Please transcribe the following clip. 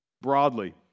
Broadly